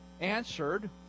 answered